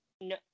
No